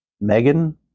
Megan